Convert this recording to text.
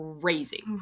crazy